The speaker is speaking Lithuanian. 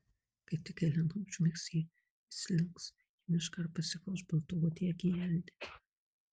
kai tik elena užmigs jis išslinks į mišką ir pasigaus baltauodegį elnią